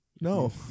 No